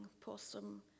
possum